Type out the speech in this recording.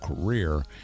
career